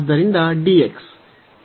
ಆದ್ದರಿಂದ dx